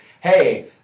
hey